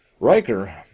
Riker